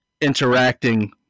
interacting